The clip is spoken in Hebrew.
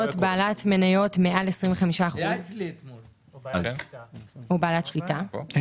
בעלת מניות מעל 25% או בעלת שליטה,